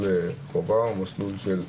אנו הולכים חובה או וולונטרי.